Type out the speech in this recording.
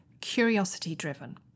curiosity-driven